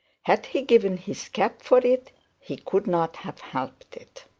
had he given his cap for it he could not have helped it.